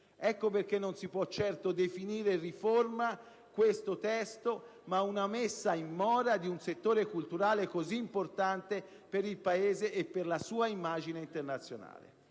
Ecco perché non si può certo definire riforma questo testo, ma una messa in mora di un settore culturale così importante per il Paese e per la sua immagine internazionale.